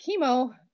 chemo